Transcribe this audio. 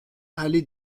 allée